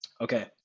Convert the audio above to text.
okay